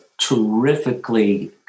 terrifically